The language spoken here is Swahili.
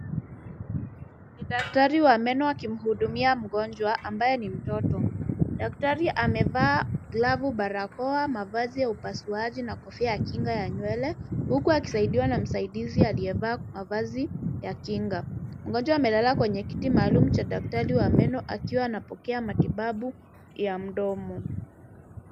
Ni daktari wa meno akimhudumia mgonjwa ambaye ni mtoto. Daktari amevaa glovu, barakoa, mavazi ya upasuaji na kofia ya kinga ya nywele huku akisaidiwa na msaidizi aliyevaa mavazi ya kinga. Mgonjwa amelala kwenye kiti maalumu cha daktari wa meno akiwa anapokea matibabu ya mdomo.